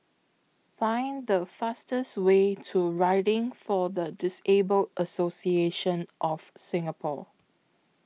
Find The fastest Way to Riding For The Disabled Association of Singapore